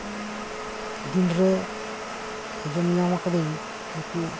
ᱫᱤᱱ ᱨᱮ ᱟᱸᱡᱚᱢ ᱧᱟᱢ ᱠᱟᱫᱟᱹᱧ ᱱᱩᱠᱩ